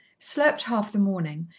slept half the morning,